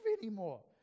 anymore